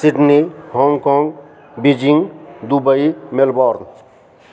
Sydney Hong Kong Beijing Dubai Melbourne